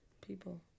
people